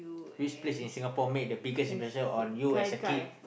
which place in Singapore made the biggest impression on you as a kid